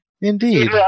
Indeed